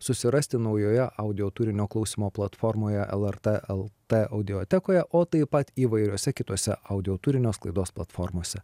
susirasti naujoje audio turinio klausymo platformoje lrt el t audiotekoje o taip pat įvairiose kitose audio turinio sklaidos platformose